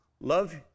love